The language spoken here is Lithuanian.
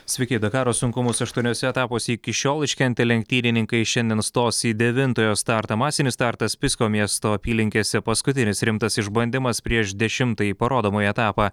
sveiki dakaro sunkumus aštuoniuose etapuose iki šiol iškentę lenktynininkai šiandien stos į devintojo startą masinis startas pisko miesto apylinkėse paskutinis rimtas išbandymas prieš dešimtąjį parodomąjį etapą